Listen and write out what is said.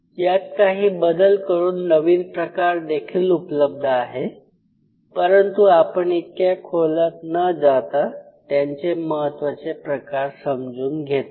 यात काही बदल करून नवीन प्रकार देखील उपलब्ध आहे परंतु आपण इतक्या खोलात न जाता त्यांचे महत्वाचे प्रकार समजून घेतले